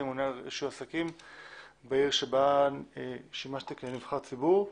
ממונה על רישוי עסקים בעיר בה שימשתי כנבחר ציבור.